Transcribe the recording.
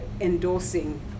endorsing